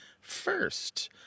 first